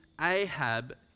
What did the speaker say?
Ahab